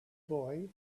boy